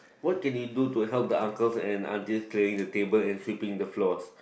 what can you do to help the uncles and aunties clearing the tables and sweeping the floors